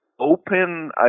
open